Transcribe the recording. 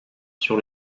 sur